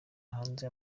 hanze